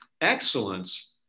Excellence